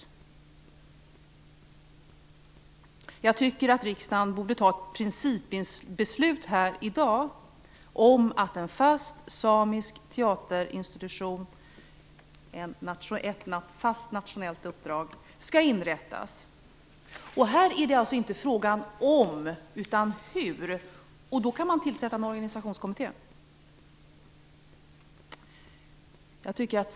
Riksdagen borde här i dag fatta ett principbeslut om att en fast samisk teaterinstitution skall inrättas, att det skall bli ett fast nationell uppdrag. Här är det inte fråga om utan hur, och då kan man tillsätta en organisationskommitté.